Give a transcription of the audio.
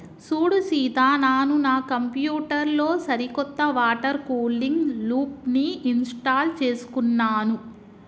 సూడు సీత నాను నా కంప్యూటర్ లో సరికొత్త వాటర్ కూలింగ్ లూప్ని ఇంస్టాల్ చేసుకున్నాను